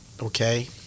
okay